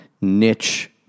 niche